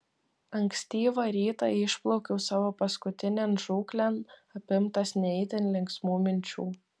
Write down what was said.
ankstyvą rytą išplaukiau savo paskutinėn žūklėn apimtas ne itin linksmų minčių